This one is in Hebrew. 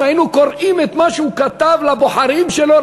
אם היינו קוראים את מה שהוא כתב לבוחרים שלו,